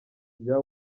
bya